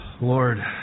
Lord